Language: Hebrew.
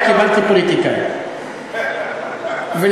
כן, חבר הכנסת נסים זאב, עומדות לרשותך שלוש דקות,